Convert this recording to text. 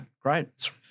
great